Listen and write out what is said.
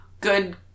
good